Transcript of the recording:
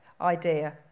idea